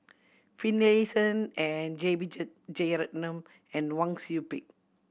Finlayson and J B Jeyaretnam and Wang Sui Pick